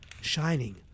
shining